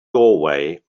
doorway